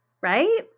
right